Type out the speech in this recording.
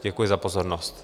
Děkuji za pozornost.